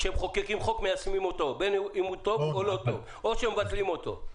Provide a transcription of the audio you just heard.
כשמחוקקים חוק מיישמים אותו בין הוא טוב או לא טוב או שמבטלים אותו.